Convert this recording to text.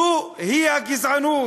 זוהי הגזענות.